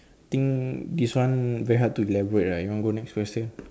think this one very hard to elaborate right you want go next question